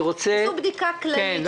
תעשו בדיקה כללית.